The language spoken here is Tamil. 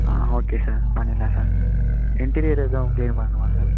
ஆ ஓகே சார் பண்ணிடலாம் சார் இன்டீரியர் எதுவும் கிளீன் பண்ணணுமா சார்